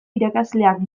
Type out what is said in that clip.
irakasleak